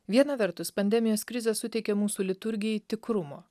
viena vertus pandemijos krizė suteikė mūsų liturgijai tikrumo